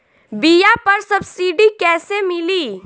बीया पर सब्सिडी कैसे मिली?